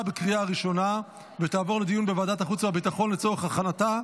לוועדת החוץ והביטחון נתקבלה.